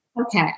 Okay